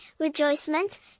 rejoicement